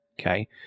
Okay